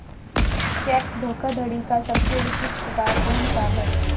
Check धोखाधड़ी का सबसे विशिष्ट प्रकार कौन सा है?